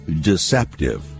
deceptive